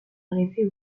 arrivées